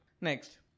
Next